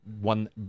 one